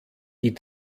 die